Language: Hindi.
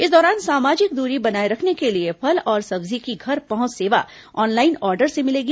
इस दौरान सामाजिक दूरी बनाए रखने के लिए फल और सब्जी की घर पहुंच सेवा ऑनलाइन ऑडर से मिलेगी